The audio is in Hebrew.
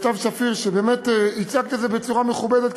סתיו שפיר, באמת הצגת את זה בצורה מכובדת.